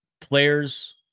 players